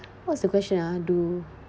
what's the question ah do